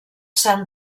sant